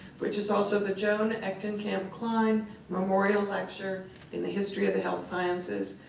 which is also the joan echtenkamp-klein memorial lecture in the history of the health sciences.